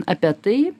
apie tai